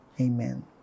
Amen